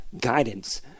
guidance